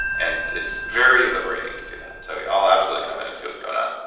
and it's very liberating to do that. so, yeah i'll absolutely come in and see what's going on.